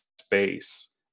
space